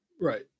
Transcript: Right